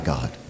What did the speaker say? God